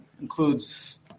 includes